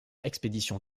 expéditions